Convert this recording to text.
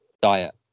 diet